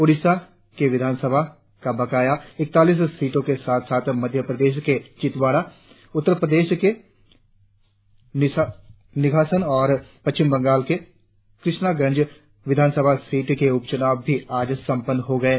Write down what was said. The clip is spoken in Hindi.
ओडिशा में विधानसभा की बकाया इकतालीस सीटों के साथ साथ मध्यप्रदेश में छिदवाड़ा उत्तर प्रदेश में निघासन और पश्चिम बंगाल में कृष्णागंज विधानसभा सीटों के उपचुनाव भी आज समंपन्न हो गये